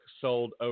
sold